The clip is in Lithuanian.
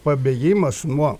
pabėgimas nuo